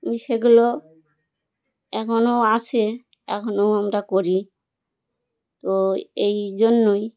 সেগুলো এখনও আছে এখনও আমরা করি তো এই জন্যই